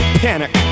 panic